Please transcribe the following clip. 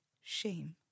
shame